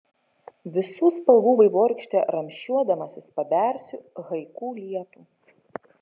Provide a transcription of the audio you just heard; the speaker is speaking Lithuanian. visų spalvų vaivorykšte ramsčiuodamasis pabersiu haiku lietų